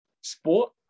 sport